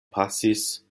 pasis